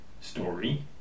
story